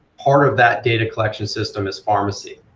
part of that data collection system is pharmacy.